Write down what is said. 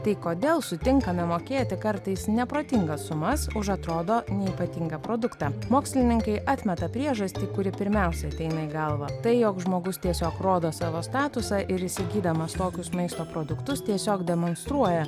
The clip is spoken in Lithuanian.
tai kodėl sutinkame mokėti kartais neprotingas sumas už atrodo neypatinga produktą mokslininkai atmeta priežastį kuri pirmiausia ateina į galvą tai jog žmogus tiesiog rodo savo statusą ir įsigydamas tokius maisto produktus tiesiog demonstruoja